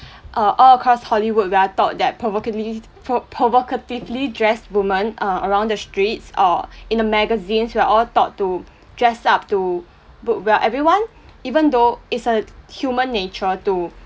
are all cause Hollywood we're taught that provoca~ ly pro~ provocatively dressed women are around the streets or in the magazines we're all taught to dress up to look well everyone even though it's a human nature to